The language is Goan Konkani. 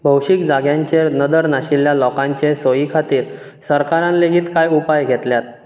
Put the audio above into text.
भौशीक जाग्यांचेर नदर नाशिल्ल्या लोकांचे सोयी खातीर सरकारान लेगीत कांय उपाय घेतल्यात